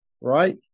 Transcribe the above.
right